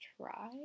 try